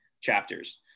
chapters